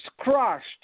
crushed